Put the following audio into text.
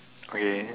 okay